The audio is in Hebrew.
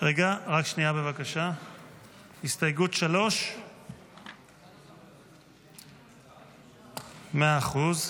הסתייגות 3. מאה אחוז.